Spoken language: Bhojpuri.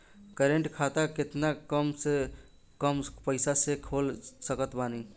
करेंट खाता केतना कम से कम पईसा से खोल सकत बानी?